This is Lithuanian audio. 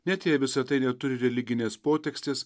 net jei visa tai neturi religinės potekstės